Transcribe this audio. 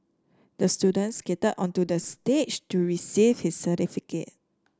the student skated onto the stage to receive his certificate